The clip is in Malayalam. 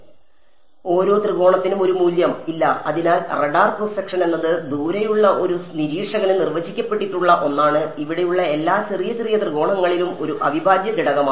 ഓരോ ത്രികോണത്തിനും ഒരു മൂല്യം ഇല്ല അതിനാൽ റഡാർ ക്രോസ് സെക്ഷൻ എന്നത് ദൂരെയുള്ള ഒരു നിരീക്ഷകന് നിർവചിക്കപ്പെട്ടിട്ടുള്ള ഒന്നാണ് ഇവിടെയുള്ള എല്ലാ ചെറിയ ചെറിയ ത്രികോണങ്ങളിലും ഒരു അവിഭാജ്യഘടകമാണ്